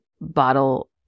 bottle